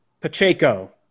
Pacheco